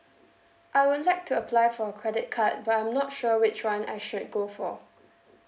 I would like to apply for a credit card but I'm not sure which [one] I should go for